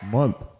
month